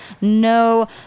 no